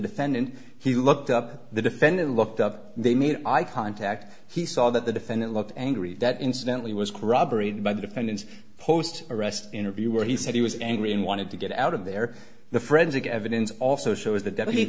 defendant he looked up the defendant looked up they made eye contact he saw that the defendant looked angry that incidentally was corroborated by the defendant's post arrest interview where he said he was angry and wanted to get out of there the forensic evidence also shows the dead